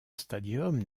stadium